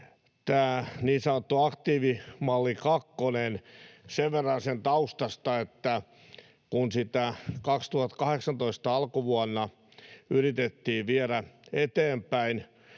Tämä niin sanottu aktiivimalli kakkonen: Sen verran sen taustasta, että kun sitä alkuvuonna 2018 yritettiin viedä eteenpäin